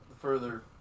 further